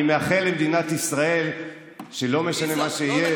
אני מאחל למדינת ישראל שלא משנה מה יהיה,